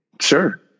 Sure